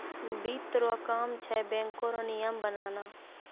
वित्त रो काम छै बैको रो नियम बनाना